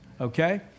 Okay